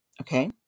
okay